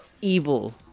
evil